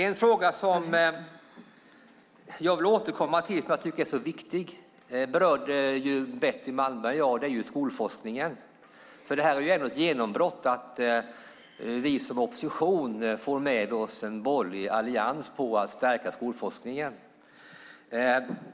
En fråga som jag vill återkomma till därför att jag tycker att den är så viktig - Betty Malmberg berörde den - är skolforskningen. Det är ändå ett genombrott att vi som opposition får med oss en borgerlig allians på att stärka skolforskningen.